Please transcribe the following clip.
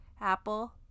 apple